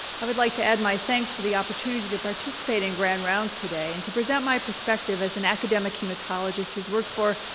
i would like to add my thanks for the opportunity to participate in grand rounds today, and to present my perspective as an academic hematologist who has worked for,